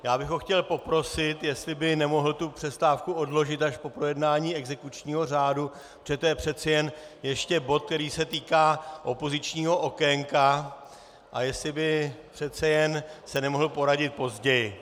Já bych ho chtěl poprosit, jestli by nemohl tu přestávku odložit až po projednání exekučního řádu, protože to je přece jen ještě bod, který se týká opozičního okénka, a jestli by přece jen se nemohl poradit později.